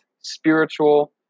spiritual